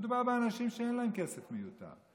מדובר באנשים שאין להם כסף מיותר.